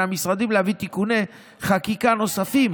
המשרדים להביא תיקוני חקיקה נוספים,